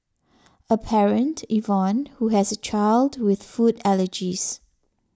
a parent Yvonne who has a child with food allergies